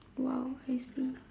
!wow! I see